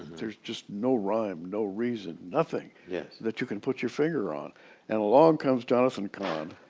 there's just no rhyme, no reason, nothing yeah that you can put your finger on and along comes jonathan cahn,